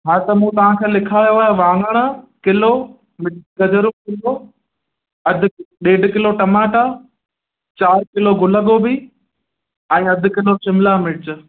हा त मूं तव्हां खे लिखायो आहे वाङण किलो मिठियूं गजरूं किलो अधु ॾेढ किलो टमाटा चार किलो गुल गोभी ऐं अधु किलो शिमला मिर्च